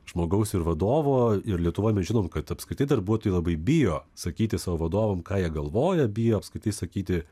žmogaus ir vadovo ir lietuvoj mes žinom kad apskritai darbuotojai labai bijo sakyti savo vadovam ką jie galvoja bijo apskritai sakyti